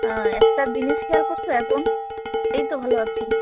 হ্যাঁ একটা জিনিস খেয়াল করছো এখন এই তো ভালো আছি